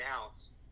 announce